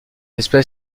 espèce